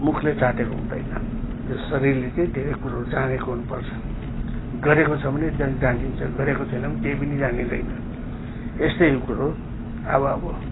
मुखले चाटेको हुँदैन यो शरिरले चाहिँ धेरै कुरो जानेको हुनुपर्छ गरेको छ भने जा जानिन्छ गरेको छैन भने केही पनि जानिँदैन यस्तै हो कुरो अब अब